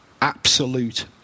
absolute